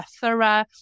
thorough